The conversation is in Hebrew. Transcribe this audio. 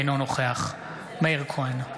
אינו נוכח מאיר כהן,